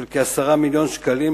של כ-10 מיליוני שקלים,